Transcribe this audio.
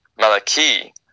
Malachi